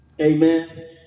Amen